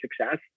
success